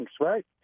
right